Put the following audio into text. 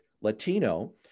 Latino